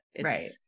right